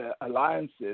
alliances